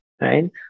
right